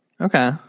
Okay